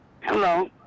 Hello